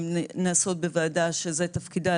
נעשות בוועדה שזה תפקידה,